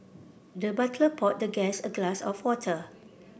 the butler poured the guest a glass of water